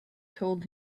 told